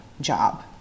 job